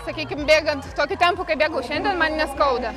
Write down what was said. sakykim bėgant tokiu tempu kaip bėgau šiandien man neskauda